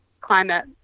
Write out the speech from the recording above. climate